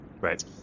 right